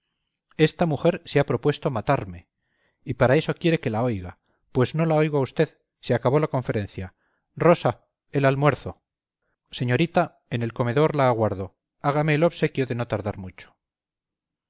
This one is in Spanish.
esta mujer se ha propuesto matarme y para eso quiere que la oiga pues no la oigo a usted se acabó la conferencia rosa el almuerzo señorita en el comedor la aguardo hágame el obsequio de no tardar mucho